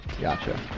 Gotcha